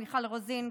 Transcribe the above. מיכל רוזין,